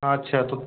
আচ্ছা তো